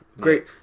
Great